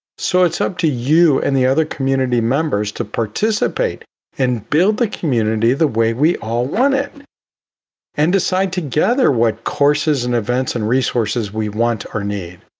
so it's up to you and the other community members to participate and build the community the way we all want it and decide together what courses and events and resources we want or need.